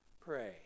pray